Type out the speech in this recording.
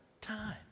time